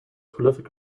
prolific